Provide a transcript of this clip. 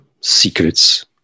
secrets